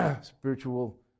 spiritual